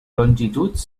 longituds